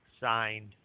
signed